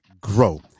grow